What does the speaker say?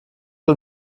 que